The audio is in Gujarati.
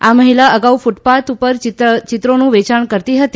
આ મહિલા અગાઉ કૃટપાથ ઉપર ચિત્રોનું વેચાણ કરતી હતી